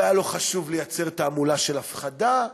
והיה לו חשוב לייצר תעמולה של הפחדה.